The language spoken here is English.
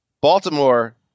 Baltimore –